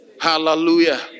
Hallelujah